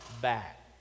back